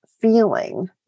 feeling